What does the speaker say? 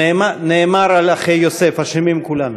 נאמר על אחי יוסף: אשמים כולנו.